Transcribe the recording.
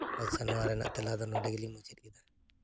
ᱥᱮ ᱱᱚᱣᱟ ᱨᱮᱱᱟᱜ ᱛᱮᱞᱟ ᱫᱚ ᱱᱚᱸᱰᱮ ᱜᱮᱞᱤᱧ ᱢᱩᱪᱟᱹᱫ ᱠᱮᱫᱟ